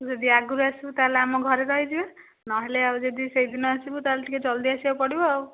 ତୁ ଯଦି ଆଗରୁ ଆସିବୁ ତା'ହେଲେ ଆମ ଘରେ ରହିଯିବା ନହେଲେ ଆଉ ଯଦି ସେଇଦିନ ଆସିବୁ ତା'ହେଲେ ଟିକିଏ ଜଲ୍ଦି ଆସିବାକୁ ପଡ଼ିବ ଆଉ